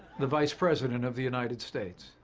the vice president of the united states.